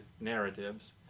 narratives